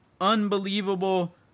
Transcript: unbelievable